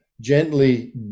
gently